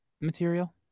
material